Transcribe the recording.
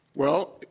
well,